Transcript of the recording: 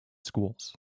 schools